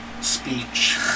speech